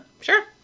Sure